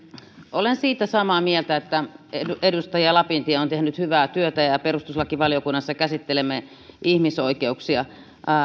olen siitä samaa mieltä että edustaja lapintie on tehnyt hyvää työtä perustuslakivaliokunnassa käsittelemme ihmisoikeuksia